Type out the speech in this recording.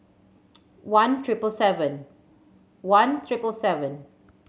one triple seven one triple seven